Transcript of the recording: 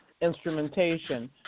instrumentation